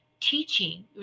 teaching